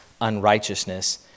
unrighteousness